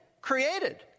created